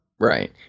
Right